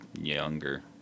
younger